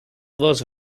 was